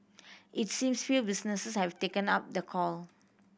it seems few businesses have taken up the call